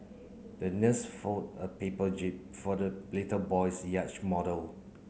the nurse fold a paper jib for the little boy's yacht model